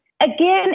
Again